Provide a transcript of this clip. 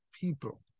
people